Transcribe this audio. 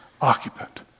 occupant